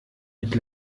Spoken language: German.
mit